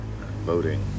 Voting